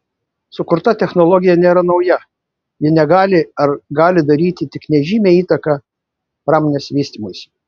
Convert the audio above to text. sukurta technologija nėra nauja ji negali ar gali daryti tik nežymią įtaką pramonės vystymuisi